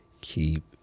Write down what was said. keep